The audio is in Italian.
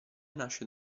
nasce